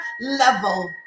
level